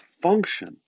function